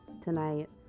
tonight